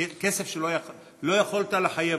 זה כסף שלא יכולת לחייב,